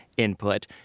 input